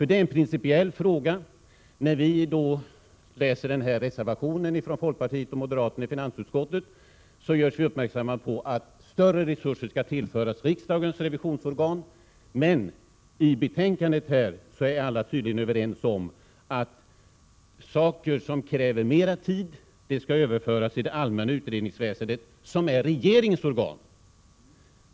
Det är en principiell fråga. När vi läser reservationen från folkpartisterna och moderaterna i finansutskottet görs vi uppmärksamma på att större resurser skall tillföras riksdagens revisionsorgan, men i betänkandetexten är alla tydligen överens om att sådant som kräver mer tid skall överföras till det allmänna utredningsväsendet — som är regeringens organ.